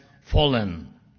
fallen